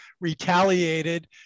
retaliated